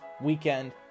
weekend